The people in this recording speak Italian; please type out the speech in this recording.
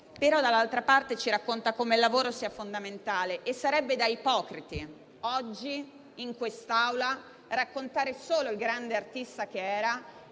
Dall'altra parte, però, ci racconta come il lavoro sia fondamentale e sarebbe da ipocriti oggi, in quest'Aula, raccontare solo il grande artista che era